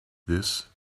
this